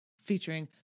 featuring